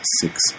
six